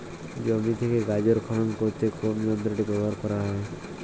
জমি থেকে গাজর খনন করতে কোন যন্ত্রটি ব্যবহার করা হয়?